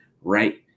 right